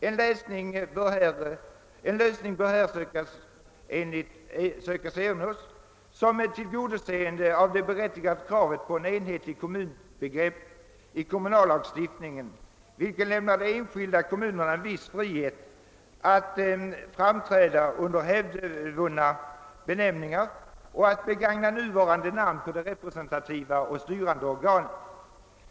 En lösning bör här söka ernås med tillgodoseende av det berättigade kravet på ett enhetligt kommunbegrepp i kommunallagstiftningen, vilket lämnar de enskilda kommunerna en viss frihet att framträda under hävdvunna benämningar och att begagna nuvarande namn på de representativa och styrande organen.